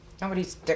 nobody's